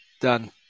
Done